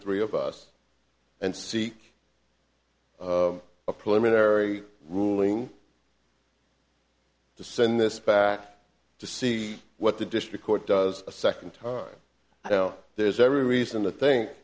three of us and seek a preliminary ruling to send this back to see what the district court does a second time there's every reason to think